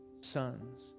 Sons